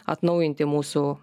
atnaujinti mūsų